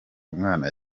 mwana